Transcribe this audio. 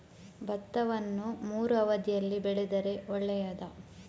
ಭತ್ತವನ್ನು ಮೂರೂ ಅವಧಿಯಲ್ಲಿ ಬೆಳೆದರೆ ಒಳ್ಳೆಯದಾ?